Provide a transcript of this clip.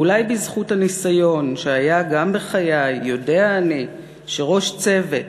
ואולי בזכות הניסיון שהיה גם בחיי יודע אני שראש צוות,